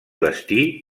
destí